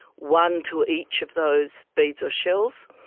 one to each of those beads or shells,